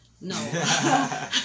No